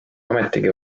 ometigi